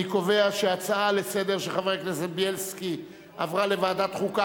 אני קובע שההצעה לסדר-היום של חבר הכנסת בילסקי עברה לוועדת חוקה,